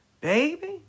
baby